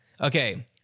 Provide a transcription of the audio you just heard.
Okay